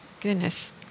Goodness